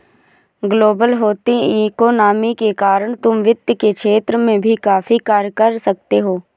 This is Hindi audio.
ग्लोबल होती इकोनॉमी के कारण तुम वित्त के क्षेत्र में भी काफी कार्य कर सकते हो